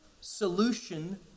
solution